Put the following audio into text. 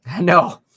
no